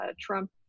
Trump